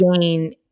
gain